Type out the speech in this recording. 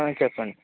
చెప్పండి